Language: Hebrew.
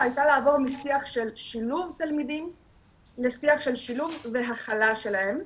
הייתה לעבור משיח של שילוב תלמידים לשיח של שילוב והכלה שלהם,